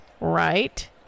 Right